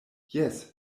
jes